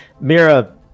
Mira